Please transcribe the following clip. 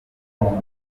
dukwiye